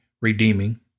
redeeming